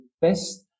best